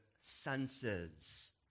senses